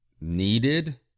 needed